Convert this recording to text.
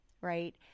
right